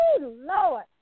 Lord